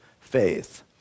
faith